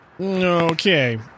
Okay